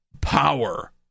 power